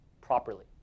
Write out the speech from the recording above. properly